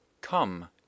Come